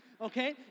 okay